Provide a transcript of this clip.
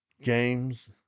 Games